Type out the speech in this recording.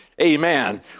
Amen